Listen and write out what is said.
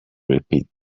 repeat